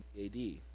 AD